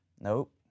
Nope